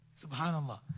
Subhanallah